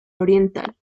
oriental